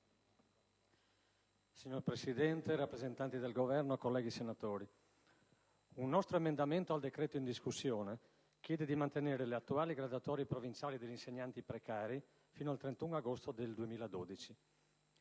Signora Presidente, signori rappresentanti del Governo, colleghi senatori, un nostro emendamento al decreto in discussione chiede di mantenere le attuali graduatorie provinciali degli insegnanti precari fino al 31 agosto 2012.